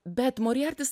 bet morijartis